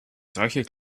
solche